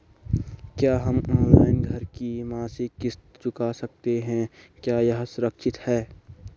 क्या हम ऑनलाइन घर की मासिक किश्त चुका सकते हैं क्या यह सुरक्षित है?